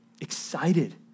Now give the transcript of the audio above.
excited